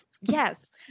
yes